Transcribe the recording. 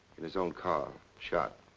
in his own car, shot.